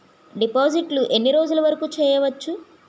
డిపాజిట్లు ఎన్ని రోజులు వరుకు చెయ్యవచ్చు?